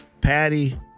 Patty